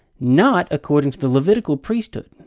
not according to the levitical priesthood,